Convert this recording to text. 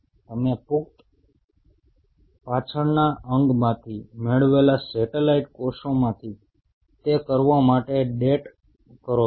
તમે પુખ્ત પાછળના અંગમાંથી મેળવેલા સેટેલાઇટ કોષોમાંથી તે કરવા માટે ડેટ કરો છો